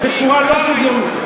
בעיקר היופי.